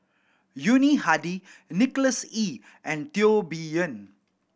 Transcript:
Yuni Hadi Nicholas Ee and Teo Bee Yen